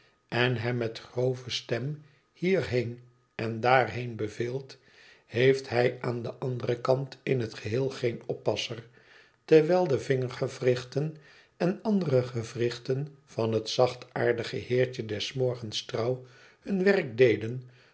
en hem met grove stem hierheen en daarheen beveelt heeft hij aan den anderen kant in het geheel geen oppasser terwijl de vingergewrichten en andere gewrichten van het zachtaardige heertje des morgens trouw hun werk deden